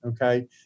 okay